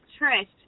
Trish